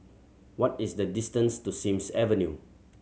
what is the distance to Sims Avenue